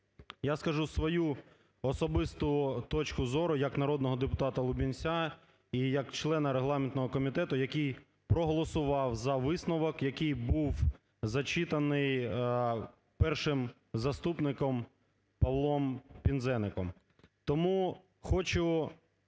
Я скажу свою особисту точку зору як народного депутата Лубінця і як члена Регламентного комітету, який проголосував за висновок, який був зачитаний першим заступником Павлом Пинзеником. Тому хочу